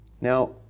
Now